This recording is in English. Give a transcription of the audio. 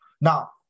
Now